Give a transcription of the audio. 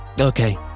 Okay